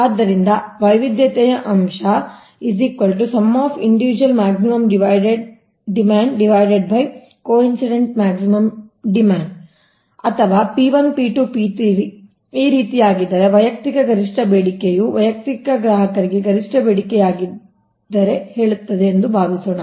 ಆದ್ದರಿಂದ ವೈವಿಧ್ಯತೆಯ ಅಂಶ ಅಥವಾ P1 P2 P3 ಈ ರೀತಿಯಾಗಿದ್ದರೆ ವೈಯಕ್ತಿಕ ಗರಿಷ್ಠ ಬೇಡಿಕೆಯು ವೈಯಕ್ತಿಕ ಗ್ರಾಹಕರಿಗೆ ಗರಿಷ್ಠ ಬೇಡಿಕೆಯಾಗಿದ್ದರೆ ಹೇಳುತ್ತದೆ ಎಂದು ಭಾವಿಸೋಣ